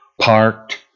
parked